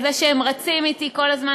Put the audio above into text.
על זה שהם רצים אתי כל הזמן,